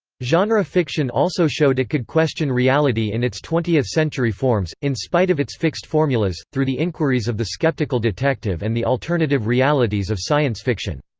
genre fiction also showed it could question reality in its twentieth century forms, in spite of its fixed formulas, through the enquiries of the skeptical detective and the alternative realities of science fiction.